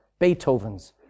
Beethovens